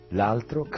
L'altro